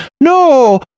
no